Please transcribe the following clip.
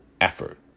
effort